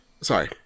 Sorry